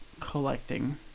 collecting